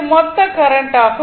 இது மொத்த கரண்ட் ஆகும்